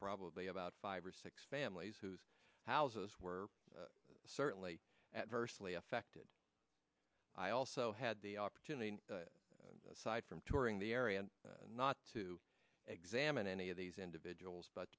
probably about five or six families whose houses were certainly adversely affected i also had the opportunity aside from touring the area not to examine any of these individuals but